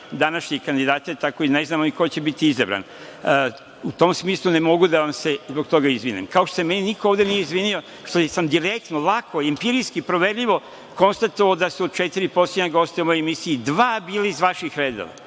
današnje kandidate, tako da ni ne znamo ko će biti izabran. U tom smislu ne mogu da vam se zbog toga izvinim, kao što se meni niko ovde nije izvinio što sam direktno, lako, empirijski proverljivo konstatovao da su od četiri poslednja gosta u emisiji, dva bili iz vaših redova.